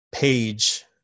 page